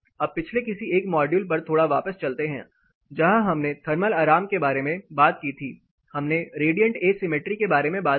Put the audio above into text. अब पिछले किसी एक मॉड्यूल पर थोड़ा वापस चलते हैं जहां हमने थर्मल आराम के बारे में बात की थी हमने रेडिएंट एसिमेट्री के बारे में बात की